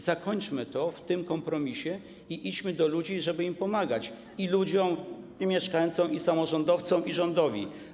Zakończmy to poprzez ten kompromis i idźmy do ludzi, żeby im pomagać, i ludziom, i mieszkańcom, i samorządowcom, i rządowi.